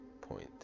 point